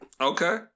Okay